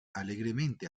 alegremente